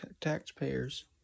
taxpayers